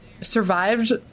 survived